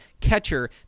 Catcher